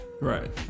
Right